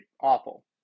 awful